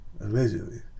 Allegedly